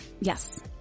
Yes